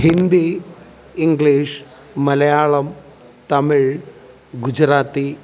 Hindi English Malayalam Tamil Gujarati